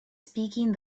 speaking